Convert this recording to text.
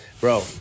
bro